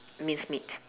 minced meat